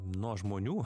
nuo žmonių